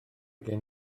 gen